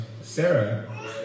Sarah